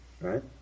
right